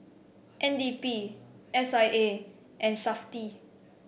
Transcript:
N D P S I A and Safti